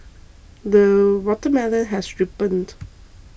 the watermelon has ripened